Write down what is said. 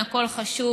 הכול חשוב,